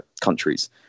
countries